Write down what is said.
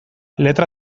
letra